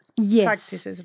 Yes